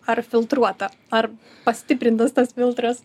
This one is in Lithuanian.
ar filtruota ar pastiprintas tas filtras